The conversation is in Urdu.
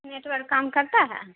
نیٹورک کم کرتا ہے